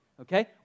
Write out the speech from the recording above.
okay